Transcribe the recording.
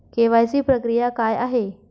KYC प्रक्रिया काय आहे?